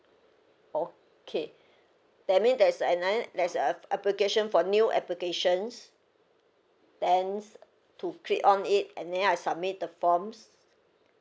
okay that mean there's another there's a application for new applications plans to click on it and then I submit the forms